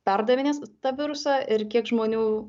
perdavinės tą virusą ir kiek žmonių